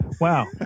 Wow